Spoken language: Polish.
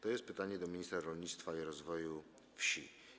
To jest pytanie do ministra rolnictwa i rozwoju wsi.